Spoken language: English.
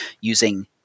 using